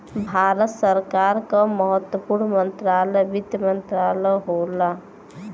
भारत सरकार क महत्वपूर्ण मंत्रालय वित्त मंत्रालय होला